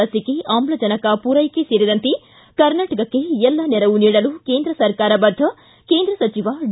ಲಸಿಕೆ ಆಮ್ಲಜನಕ ಪೂರೈಕೆ ಸೇರಿದಂತೆ ಕರ್ನಾಟಕಕ್ಕೆ ಎಲ್ಲ ನೆರವು ನೀಡಲು ಕೇಂದ್ರ ಸರ್ಕಾರ ಬದ್ದ ಕೇಂದ್ರ ಸಚಿವ ಡಿ